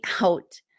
out